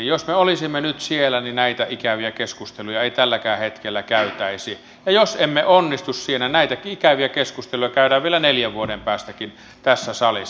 jos me olisimme nyt siellä näitä ikäviä keskusteluja ei tälläkään hetkellä käytäisi ja jos emme onnistu siinä näitä ikäviä keskusteluja käydään vielä neljän vuoden päästäkin tässä salissa